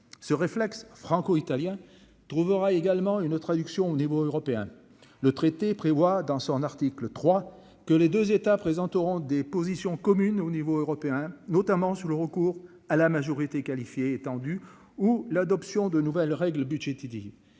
ce réflexe. Franco-italien trouvera également une traduction au niveau européen, le traité prévoit dans son article 3 que les 2 États présenteront des. Position commune au niveau européen, notamment sur le recours à la majorité qualifiée étendu ou l'adoption de. Voilà le règle budgétaire